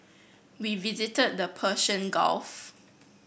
we visited the Persian Gulf